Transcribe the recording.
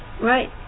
Right